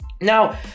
now